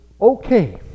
okay